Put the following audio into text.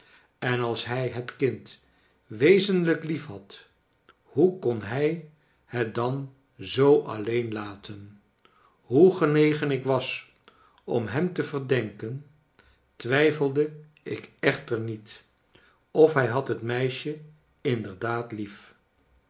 en als hij het kind wezenlijk liefhad hoe kon hij het dan zoo alleen laten hoe genegen ik was om hem te verdenken twijfelde ik echter niet of hij had het meisje inderdaad lief